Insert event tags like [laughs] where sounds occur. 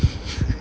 [laughs]